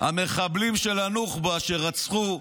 המחבלים של הנוח'בה שרצחו,